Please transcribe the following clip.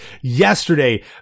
yesterday